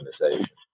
organization